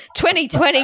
2020